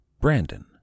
Brandon